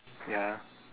ya